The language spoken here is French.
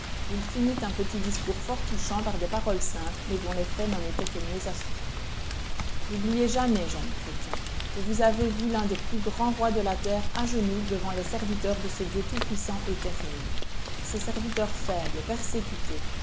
il finit un petit discours fort touchant par des paroles simples mais dont l'effet n'en était que mieux assuré n'oubliez jamais jeunes chrétiennes que vous avez vu l'un des plus grands rois de la terre à genoux devant les serviteurs de ce dieu tout-puissant et terrible ces serviteurs faibles persécutés